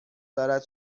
دارد